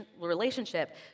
relationship